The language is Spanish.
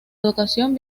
educación